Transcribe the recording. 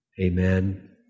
Amen